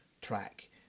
track